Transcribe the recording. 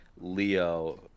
leo